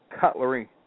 Cutlery